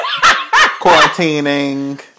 quarantining